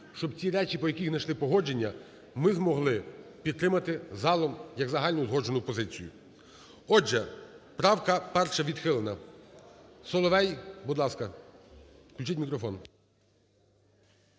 щоб ці речі, по яких найшли погодження, ми змогли підтримати залом як загально узгоджену позицію. Отже, правка 1 відхилена. Соловей, будь ласка, включіть мікрофон.